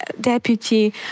deputy